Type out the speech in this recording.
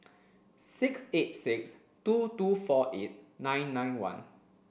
six eight six two two four eight nine nine one